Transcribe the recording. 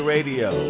Radio